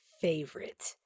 favorite